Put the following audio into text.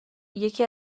یکی